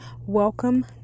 welcome